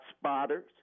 spotters